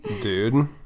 Dude